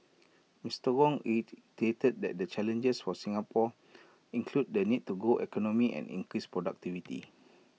Mister Wong reiterated that the challenges for Singapore include the need to grow the economy and increase productivity